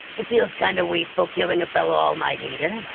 it feels kind of wasteful killing a fellow all might hater